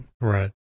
Right